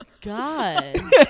God